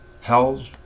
held